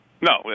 No